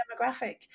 demographic